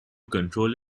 control